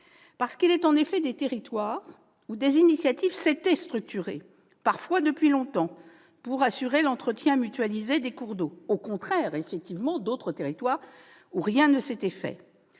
effet, il est des territoires où des initiatives s'étaient structurées, parfois depuis longtemps, pour assurer l'entretien mutualisé des cours d'eau, au contraire d'autres territoires, où rien ne s'était fait.